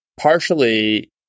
partially